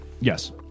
yes